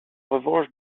revanche